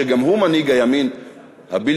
שגם הוא מנהיג הימין הבלתי-מעורער,